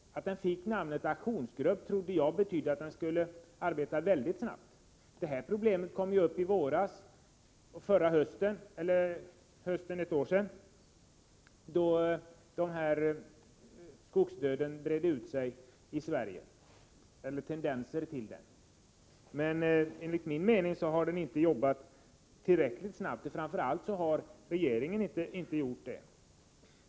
Att den fick namnet aktionsgrupp trodde jag betydde att den skulle arbeta mycket snabbt. Problemet kom ju uppi våras eller förra hösten, då tendenser till skogsdöd bredde ut sig i Sverige. Enligt min mening har aktionsgruppen inte jobbat tillräckligt snabbt, och framför allt har regeringen inte gjort det.